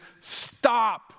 stop